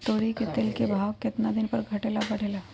तोरी के तेल के भाव केतना दिन पर घटे ला बढ़े ला?